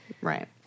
Right